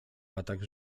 latach